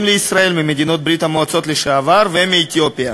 לישראל ממדינות ברית-המועצות לשעבר ומאתיופיה.